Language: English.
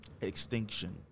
extinction